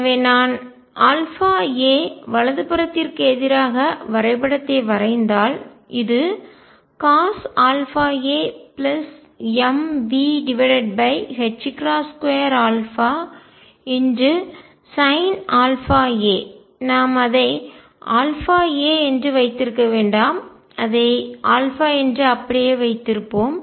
எனவே நான் αa வலது புறத்திற்கு எதிராக வரைபடத்தை வரைந்தால் இது CosαamV22α Sinαa நாம் அதை αaஎன்று வைத்திருக்க வேண்டாம் அதை என்று அப்படியே வைத்திருப்போம்